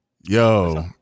Yo